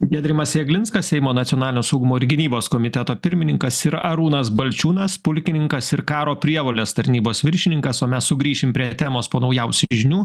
giedrimas jeglinskas seimo nacionalinio saugumo ir gynybos komiteto pirmininkas ir arūnas balčiūnas pulkininkas ir karo prievolės tarnybos viršininkas o mes sugrįšim prie temos po naujausių žinių